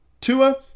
tua